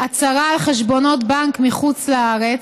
הצהרה על חשבונות בנק מחוץ לארץ),